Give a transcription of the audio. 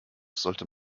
sollte